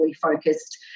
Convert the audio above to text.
focused